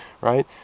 right